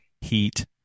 heat